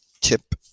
tip